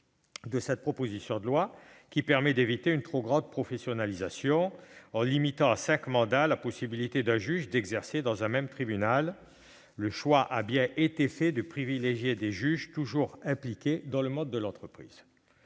2 du présent texte, lequel permet d'éviter une trop grande professionnalisation en limitant à cinq mandats la possibilité, pour un juge, d'exercer dans un même tribunal. Ainsi, on a bien fait le choix de privilégier des juges toujours impliqués dans le monde de l'entreprise.